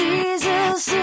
Jesus